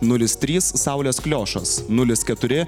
nulis trys saulės kliošas nulis keturi